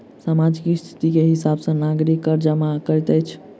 सामाजिक स्थिति के हिसाब सॅ नागरिक कर जमा करैत अछि